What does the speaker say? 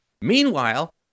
Meanwhile